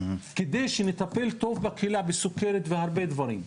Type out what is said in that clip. כדי שנטפל טוב בקהילה בסוכרת ובהרבה דברים,